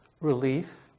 relief